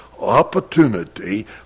opportunity